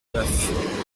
neuf